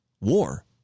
war